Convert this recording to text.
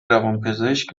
روانپزشک